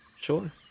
Sure